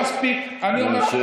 זה לא מספיק, אני אומר, נא לשבת.